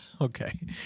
Okay